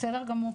בסדר גמור.